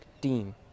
team